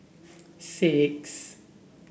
six